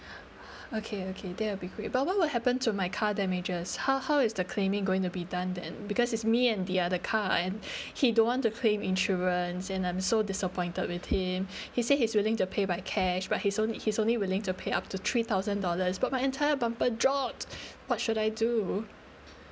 okay okay that would be great but when will happen to my car damages how how is the claiming going to be done then because it's me and the other car and he don't want to claim insurance and I'm so disappointed with him he said he's willing to pay by cash but he's only he's only willing to pay up to three thousand dollars but my entire bumper dropped what should I do